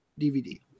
DVD